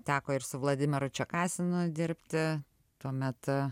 teko ir su vladimiru čekasinu dirbti tuomet